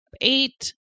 Eight